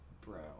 brown